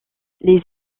les